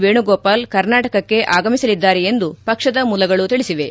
ವೇಣುಗೋಪಾಲ್ ಕರ್ನಾಟಕಕ್ಕೆ ಆಗಮಿಸಲಿದ್ದಾರೆ ಎಂದು ಪಕ್ವದ ಮೂಲಗಳು ತಿಳಿಸಿವೆ